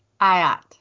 Ayat